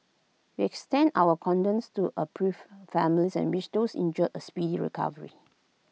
we extend our condolences to A bereaved families and wish those injured A speedy recovery